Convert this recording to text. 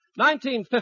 1950